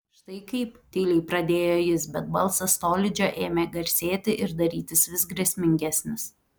štai kaip tyliai pradėjo jis bet balsas tolydžio ėmė garsėti ir darytis vis grėsmingesnis